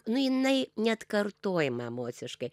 nu jinai neatkartojama emociškai